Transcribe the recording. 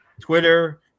Twitter